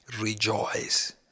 rejoice